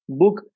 book